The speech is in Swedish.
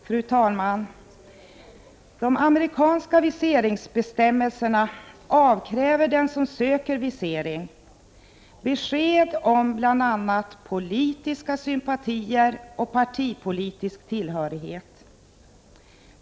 Fru talman! De amerikanska viseringsbestämmelserna avkräver dem som söker visering besked om bl.a. politiska sympatier och partipolitisk tillhörighet.